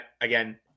again